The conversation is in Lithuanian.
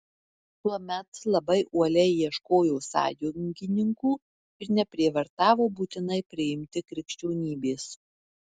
tuomet labai uoliai ieškojo sąjungininkų ir neprievartavo būtinai priimti krikščionybės